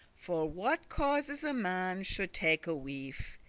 for what causes a man should take a wife.